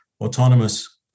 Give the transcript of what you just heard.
autonomous